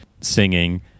singing